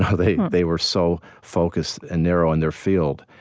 ah they they were so focused and narrowed in their field.